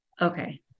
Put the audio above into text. Okay